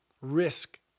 risk